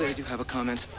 ah do have a comment.